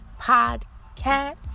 podcast